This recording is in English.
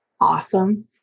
awesome